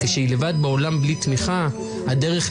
הוא פשוט הדחיפות שאני חשה אותה,